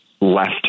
left